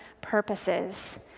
purposes